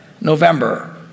November